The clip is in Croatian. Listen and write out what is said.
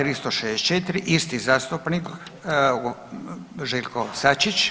364, isti zastupnik, Željko Sačić.